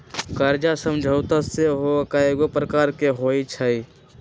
कर्जा समझौता सेहो कयगो प्रकार के होइ छइ